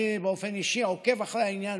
אני באופן אישי עוקב אחרי העניין,